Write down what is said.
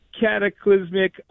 cataclysmic